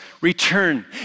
return